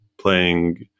playing